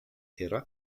era